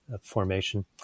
formation